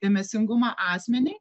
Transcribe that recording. dėmesingumą asmeniui